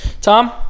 Tom